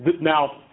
Now